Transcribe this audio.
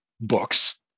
books